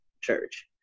church